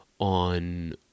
on